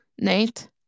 Nate